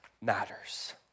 matters